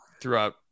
throughout